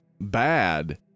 bad